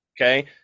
okay